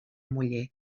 muller